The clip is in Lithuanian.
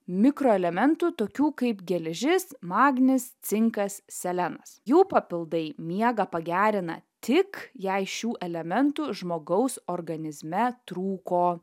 mikroelementų tokių kaip geležis magnis cinkas selenas jų papildai miegą pagerina tik jei šių elementų žmogaus organizme trūko